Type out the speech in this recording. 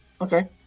Okay